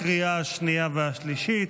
לקריאה השנייה והשלישית.